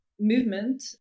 movement